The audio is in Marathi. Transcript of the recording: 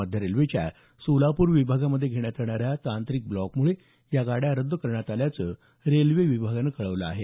मध्य रेल्वेच्या सोलापूर विभागामध्ये घेण्यात येणाऱ्या तांत्रिक ब्लॉक मुळे या गाड्या रद्द करण्यात आल्याचं रेल्वे विभागानं कळवलं आहे